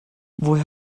woher